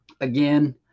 Again